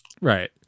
Right